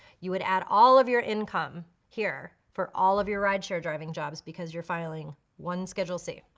you would add all of your income here for all of your rideshare driving jobs because you're filing one schedule c.